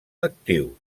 actius